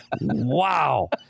Wow